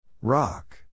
Rock